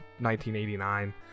1989